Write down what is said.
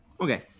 Okay